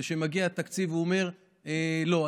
וכשמגיע התקציב הוא אומר: לא,